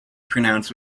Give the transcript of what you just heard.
pronounced